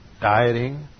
dieting